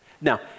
Now